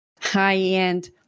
high-end